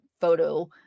photo